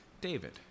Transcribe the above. David